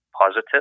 positive